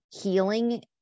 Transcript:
healing